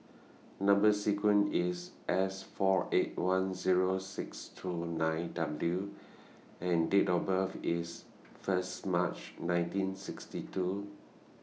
Number sequence IS S four eight one Zero six two nine W and Date of birth IS First March nineteen sixty two